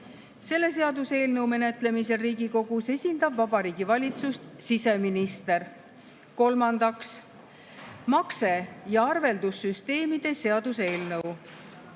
Selle seaduseelnõu menetlemisel Riigikogus esindab Vabariigi Valitsust siseminister. Kolmandaks, makse- ja arveldussüsteemide seaduse eelnõu.